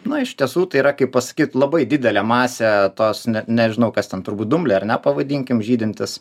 na iš tiesų tai yra kaip pasakyt labai didelė masė tos net nežinau kas ten turbūt dumble ar na pavadinkim žydintis